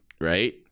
right